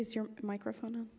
is your microphone